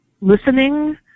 listening